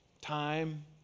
Time